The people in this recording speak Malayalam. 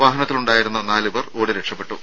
വാഹനത്തിലുണ്ടായിരുന്ന നാലുപേർ ഓടി രക്ഷപ്പെട്ടു